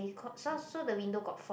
so so the window got four